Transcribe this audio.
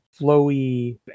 flowy